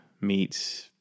meets